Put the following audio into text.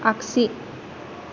आग्सि